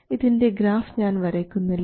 ഇതിൻറെ ഗ്രാഫ് ഞാൻ വരയ്ക്കുന്നില്ല